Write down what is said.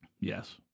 Yes